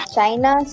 China